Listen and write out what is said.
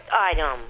item